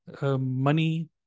Money